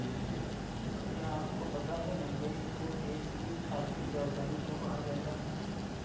क्या आपको पता है मुंबई को देश की आर्थिक राजधानी क्यों कहा जाता है?